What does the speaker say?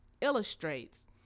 illustrates